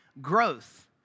growth